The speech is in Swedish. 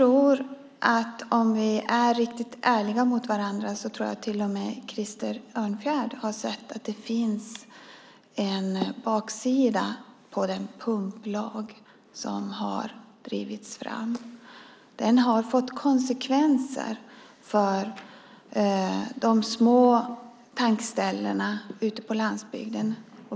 Om vi är riktigt ärliga mot varandra kan nog till och med Krister Örnfjäder säga att han sett att den pumplag som drevs fram har en baksida. Den lagen har fått konsekvenser för de små tankställena ute på landsbygden.